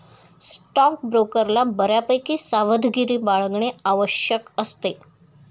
स्टॉकब्रोकरला बऱ्यापैकी सावधगिरी बाळगणे आवश्यक असते